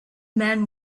man